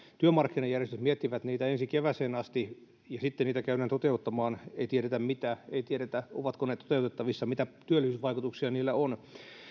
työmarkkinajärjestöt miettivät niitä ensi kevääseen asti ja sitten niitä käydään toteuttamaan ei tiedetä mitä ei tiedetä ovatko ne toteutettavissa mitä työllisyysvaikutuksia niillä on